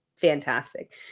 fantastic